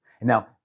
Now